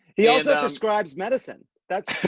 he also prescribes medicine.